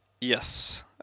yes